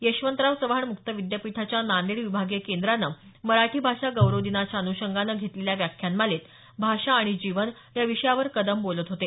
यशवंतराव चव्हाण मुक्त विद्यापीठाच्या नांदेड विभागीय केंद्रानं मराठी भाषा गौरव दिनाच्या अन्षंगानं घेतलेल्या व्याख्यानमालेत भाषा आणि जीवन या विषयावर कदम बोलत होते